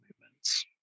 movements